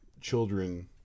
children